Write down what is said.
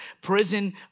Prison